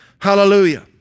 Hallelujah